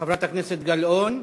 חברת הכנסת גלאון.